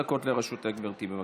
עשר דקות לרשותך גברתי, בבקשה.